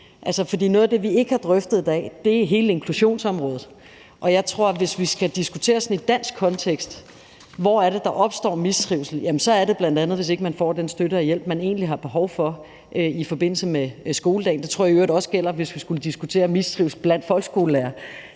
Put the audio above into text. støtte. Noget af det, vi ikke har drøftet i dag, er hele inklusionsområdet, og jeg tror, at hvis vi skal diskutere i en dansk kontekst, hvor det er, der opstår mistrivsel, så er det bl.a., hvis ikke man får den støtte og hjælp, man egentlig har behov for i forbindelse med skoledagen. Det tror jeg i øvrigt også gælder, hvis vi skulle diskutere mistrivsel blandt folkeskolelærere;